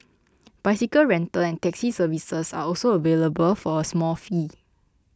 bicycle rental and taxi services are also available for a small fee